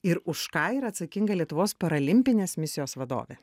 ir už ką yra atsakinga lietuvos paralimpinės misijos vadovė